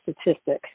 statistics